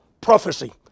prophecy